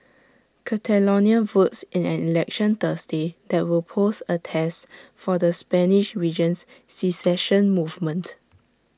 Catalonia votes in an election Thursday that will pose A test for the Spanish region's secession movement